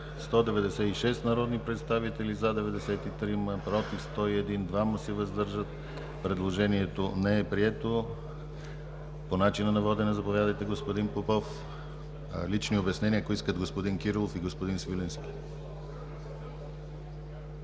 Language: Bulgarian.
196 народни представители: за 93, против 101, въздържали се 2. Предложението не е прието. По начина на водене – заповядайте, господин Попов. Лични обяснения – ако искат господин Кирилов и господин Свиленски.